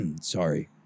sorry